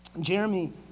Jeremy